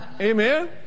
Amen